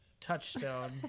touchstone